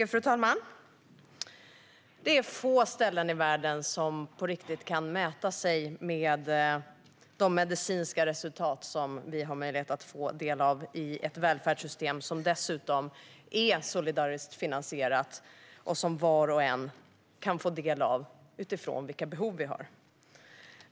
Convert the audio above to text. Fru talman! På få ställen i världen kan man på riktigt mäta sig med de medicinska resultat som vi har möjlighet att få del av i ett välfärdssystem som dessutom är solidariskt finansierat och som var och en kan få del av utifrån vilka behov vi har.